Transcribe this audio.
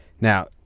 Now